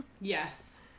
Yes